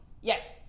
Yes